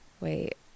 wait